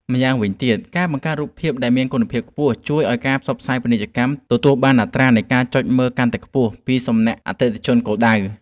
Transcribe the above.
ម្យ៉ាងវិញទៀត ការបង្កើតរូបភាពដែលមានគុណភាពខ្ពស់ជួយឱ្យការផ្សព្វផ្សាយពាណិជ្ជកម្មទទួលបានអត្រានៃការចុចមើលកាន់តែខ្ពស់ពីសំណាក់អតិថិជនគោលដៅ។